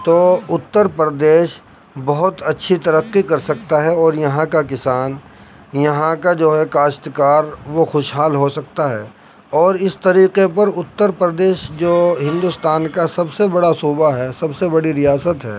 تو اتر پردیس بہت اچھی ترقی کر سکتا ہے اور یہاں کا کسان یہاں کا جو ہے کاشت کار وہ خوش حال ہو سکتا ہے اور اس طریقے پر اتر پردیس جو ہندوستان کا سب سے بڑا صوبہ ہے سب سے بڑی ریاست ہے